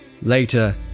Later